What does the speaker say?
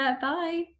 Bye